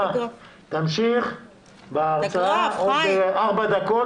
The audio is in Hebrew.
תמשיך בהרצאה עוד ארבע דקות.